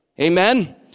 Amen